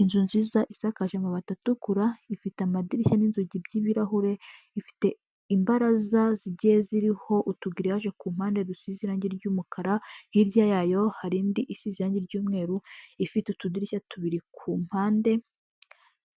Inzu nziza isakaje amabati atukura, ifite amadirishya n'inzugi by'ibirahure, ifite imbaraza zigiye ziriho utugiriyage ku mpande dusize irangi ry'umukara, hirya yayo hari indi isize irangi ry'umweru ifite utudirishya tubiri, ku mpande